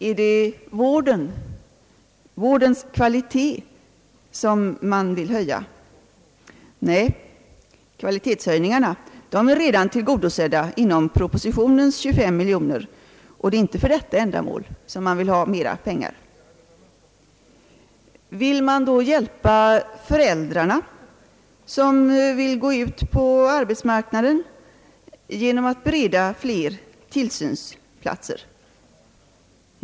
är det vårdens kvalitet som man vill höja? Nej, kvalitetshöjningarna är redan tillgodosedda inom propositionens 25 miljoner, och det är inte för detta ändamål som man vill ha mera pengar. Vill man då hjälpa föräldrar, som vill gå ut på arbetsmarknaden, genom att bereda fler tillsynsplatser?